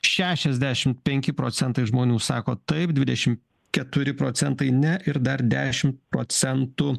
šešiasdešim penki procentai žmonių sako taip dvidešim keturi procentai ne ir dar dešim procentų